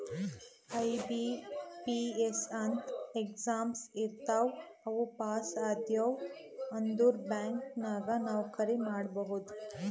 IBPS ಅಂತ್ exam ಇರ್ತಾವ್ ಅವು ಪಾಸ್ ಆದ್ಯವ್ ಅಂದುರ್ ಬ್ಯಾಂಕ್ ನಾಗ್ ನೌಕರಿ ಮಾಡ್ಬೋದ